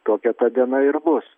tokia ta diena ir bus